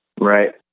Right